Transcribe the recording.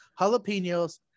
Jalapenos